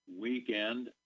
weekend